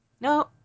No